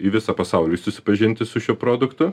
į visą pasaulį susipažinti su šiuo produktu